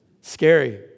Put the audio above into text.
Scary